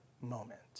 moment